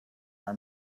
our